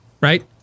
Right